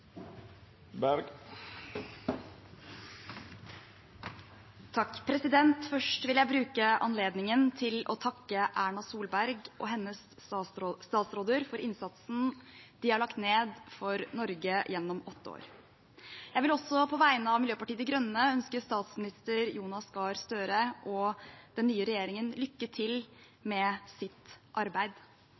Først vil jeg bruke anledningen til å takke Erna Solberg og hennes statsråder for innsatsen de har lagt ned for Norge gjennom åtte år. Jeg vil også, på vegne av Miljøpartiet De Grønne, ønske statsminister Jonas Gahr Støre og den nye regjeringen lykke til med sitt arbeid.